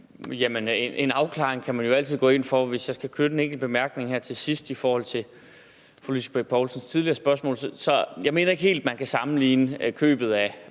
En afklaring kan man jo altid gå ind for. Hvis jeg skal komme med en enkelt bemærkning her til sidst til fru Lisbeth Bech Poulsens tidligere spørgsmål, vil jeg sige, at jeg ikke helt mener, man kan sammenligne købet af